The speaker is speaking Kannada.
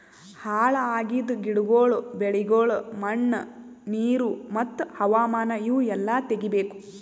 ಹಾಳ್ ಆಗಿದ್ ಗಿಡಗೊಳ್, ಬೆಳಿಗೊಳ್, ಮಣ್ಣ, ನೀರು ಮತ್ತ ಹವಾಮಾನ ಇವು ಎಲ್ಲಾ ತೆಗಿಬೇಕು